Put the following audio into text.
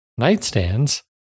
nightstands